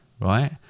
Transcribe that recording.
right